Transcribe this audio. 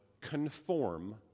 conform